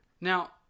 Now